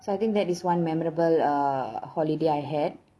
so I think that is one memorable err holiday I had